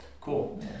cool